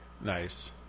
Nice